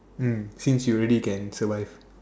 mm since you already can survive